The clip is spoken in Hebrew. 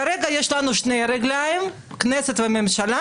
כרגע יש לנו שתי רגליים: כנסת וממשלה,